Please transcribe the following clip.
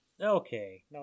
Okay